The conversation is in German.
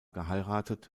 geheiratet